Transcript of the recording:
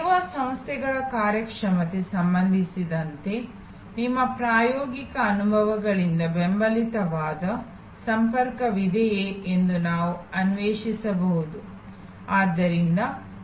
ಸೇವಾ ಸಂಸ್ಥೆಗಳ ಕಾರ್ಯಕ್ಷಮತೆಗೆ ಸಂಬಂಧಿಸಿದಂತೆ ನಿಮ್ಮ ಪ್ರಾಯೋಗಿಕ ಅನುಭವಗಳಿಂದ ಬೆಂಬಲಿತವಾದ ಸಂಪರ್ಕವಿದೆಯೇ ಎಂದು ನಾವು ಅನ್ವೇಷಿಸಬಹುದು